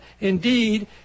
Indeed